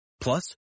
Plus